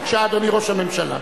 בבקשה, אדוני ראש הממשלה.